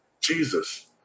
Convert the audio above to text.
Jesus